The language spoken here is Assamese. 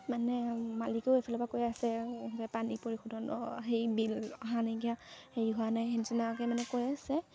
মানে মালিকেও এই ফালৰ পৰা কৈ আছে পানী পৰিশোধন সেই বিল অহা নাইকিয়া হেৰি হোৱা নাই মানে কৈ আছে